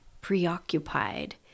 preoccupied